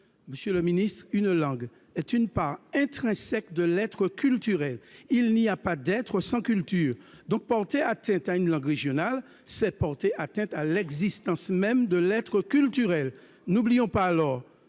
et en Polynésie. Une langue est une part intrinsèque de l'être culturel. Il n'y a pas d'être sans culture. Donc porter atteinte à une langue régionale, c'est porter atteinte à l'existence même de l'être culturel. N'oublions pas que